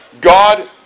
God